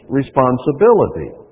responsibility